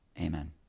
Amen